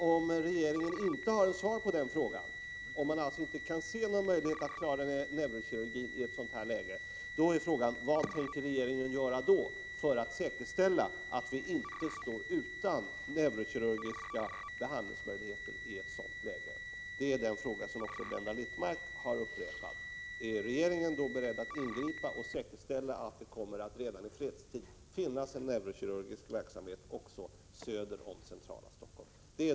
Om regeringen inte har något svar på den frågan, om man alltså inte kan se någon möjlighet att i ett sådant läge klara neurokirurgin, blir frågan: Vad tänker regeringen göra för att säkerställa att vi i ett sådant läge inte står utan neurokirurgiska behandlingsmöjligheter? Den frågan har också Blenda Littmarck flera gånger ställt. Är regeringen då beredd att ingripa och redan i fredstid säkerställa resurser för en neurokirurgisk verksamhet också söder om centrala Stockholm?